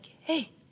Hey